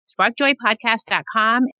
sparkjoypodcast.com